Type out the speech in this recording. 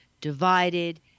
divided